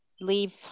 leave